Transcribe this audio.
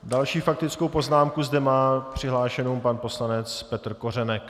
Další faktickou poznámku zde má přihlášenou pan poslanec Petr Kořenek.